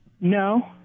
No